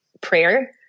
prayer